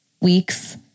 weeks